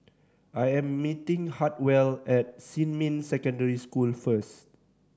I am meeting Hartwell at Xinmin Secondary School first